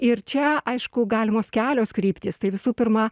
ir čia aišku galimos kelios kryptys tai visų pirma